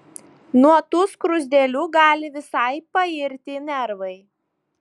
nuo tų skruzdėlių gali visai pairti nervai